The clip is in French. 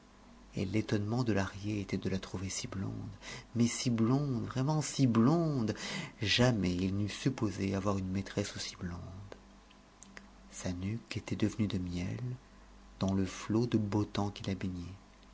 et l'étonnement de lahrier était de la trouver si blonde mais si blonde vraiment si blonde jamais il n'eût supposé avoir une maîtresse aussi blonde sa nuque était devenue de miel dans le flot de beau temps qui la baignait